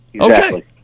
Okay